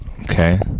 Okay